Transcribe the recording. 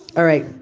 all right.